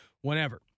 whenever